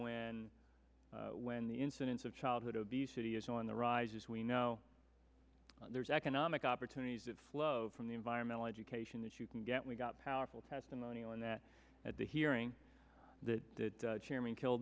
when when the incidence of childhood obesity is on the rise as we know there's economic opportunities that flow from the environmental education that you can get we got powerful testimony on that at the hearing that chairman kill